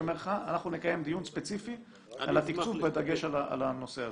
אני אומר לך אנחנו נקיים דיון ספציפי על התקצוב בדגש על הנושא הזה.